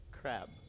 crab